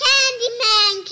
Candyman